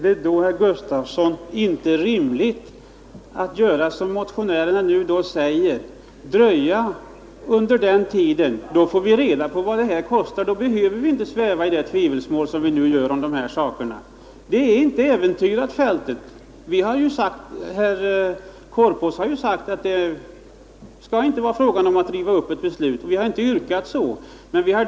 Herr talman! Är det då, herr Gustafsson i Uddevalla, inte rimligt att göra som motionärerna nu föreslår och avvakta under den tiden? Då får vi reda på vad det kostar, då behöver vi inte sväva i tvivelsmål om de här sakerna som vi nu gör. Fältet är inte äventyrat. Herr Korpås har ju sagt att det inte skall vara fråga om att riva upp ett beslut, och vi har inte yrkat så.